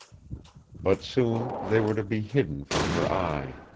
but soon they were to be hidden from her eye.